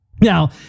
Now